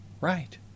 Right